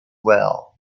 well